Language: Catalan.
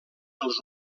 pels